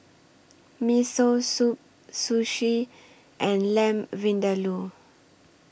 Miso Soup Sushi and Lamb Vindaloo